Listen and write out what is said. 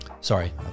Sorry